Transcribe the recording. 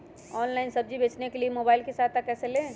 Online सब्जी बेचने के लिए मोबाईल की सहायता कैसे ले?